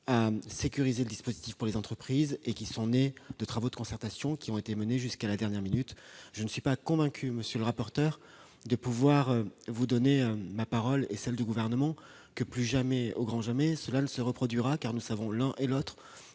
à sécuriser le dispositif pour les entreprises, nés de travaux de concertation menés jusqu'à la dernière minute. Je ne suis pas convaincu, monsieur le rapporteur général, de pouvoir vous donner ma parole et celle du Gouvernement que plus jamais, ô grand jamais, cela ne se reproduira, car nous savons l'un et l'autre